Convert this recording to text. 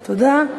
תודה.